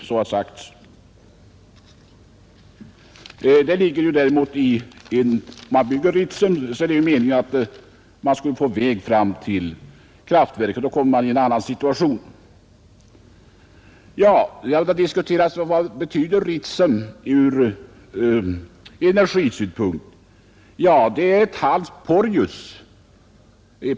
Om man bygger ut Ritsem är det däremot meningen att en väg skall dras fram till kraftverket, och då kommer man i en helt annan situation. Man har diskuterat vad Ritsem betyder ur energisynpunkt. Ja, det är ett halvt Porjus.